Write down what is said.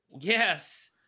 Yes